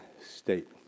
state